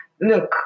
look